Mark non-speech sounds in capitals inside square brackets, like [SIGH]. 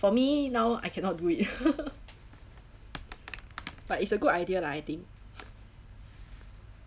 for me now I cannot do it [LAUGHS] but it's a good idea lah I think